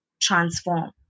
transform